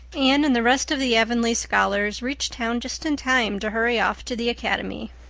anne and the rest of the avonlea scholars reached town just in time to hurry off to the academy.